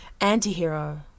Antihero